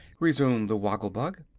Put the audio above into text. resumed the woggle-bug,